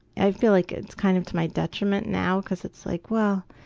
i feel like it's kind of to my detriment now because it's like, well,